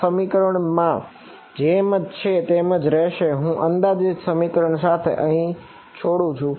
આ સમીકરણ જેમ છે તેમજ રહેશે અને હું અંદાજિત સમીકરણો સાથે અહીં છોડું છું